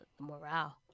morale